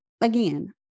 again